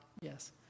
Yes